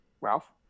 Ralph